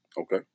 Okay